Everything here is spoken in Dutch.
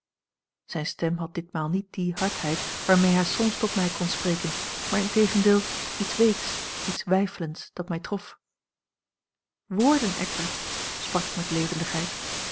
zijne stem had ditmaal niet die hardheid waarmee hij soms tot mij kon spreken maar integendeel iets weeks iets weifelends dat mij trof woorden eckbert sprak ik met levendigheid